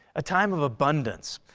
a time of abundance.